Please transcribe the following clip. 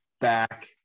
back